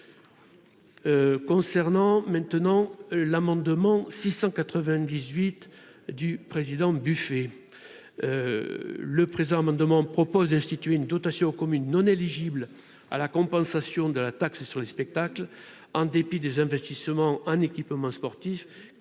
Concernant maintenant l'amendement 698 du président buffet le présent amendement propose d'instituer une dotation aux communes non éligibles à la compensation de la taxe sur les spectacles, en dépit des investissements, un équipement sportif